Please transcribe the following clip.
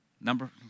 Number